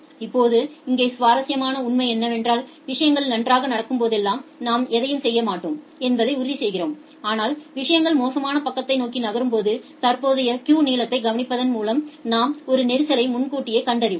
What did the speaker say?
இப்போது இங்கே சுவாரஸ்யமான உண்மை என்னவென்றால் விஷயங்கள் நன்றாக நடக்கும்போதெல்லாம் நாம் எதையும் செய்ய மாட்டோம் என்பதை உறுதிசெய்கிறோம் ஆனால் விஷயங்கள் மோசமான பக்கத்தை நோக்கி நகரும்போது தற்போதைய கியூ நீளத்தைக் கவனிப்பதன் மூலமாக நாம் ஒரு நெரிசலை முன்கூட்டியே கண்டறிவோம்